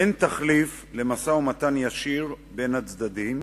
אין תחליף למשא-ומתן ישיר בין הצדדים,